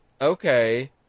Okay